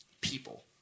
people